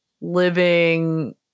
living